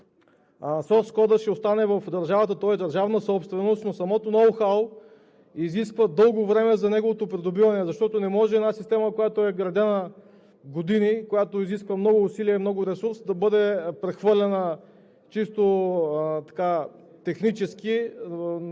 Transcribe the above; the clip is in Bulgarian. Сорс кодът да остане в държавата. Той е държавна собственост, но самото ноу хау изисква дълго време за неговото придобиване, защото не може една система, която е градена години и която изисква много усилия и ресурс, за няколко месеца да бъде прехвърлена чисто технически